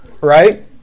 right